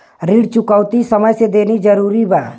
ऋण चुकौती समय से देना जरूरी बा?